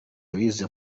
bize